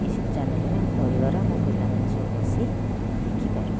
ଏ ସବୁ ଚ୍ୟାନେଲରେ ଆମ ପରିବାର ଆମ ପିଲାମାନେ ସବୁ ବସି ଦେଖିପାରୁ